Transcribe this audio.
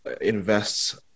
invests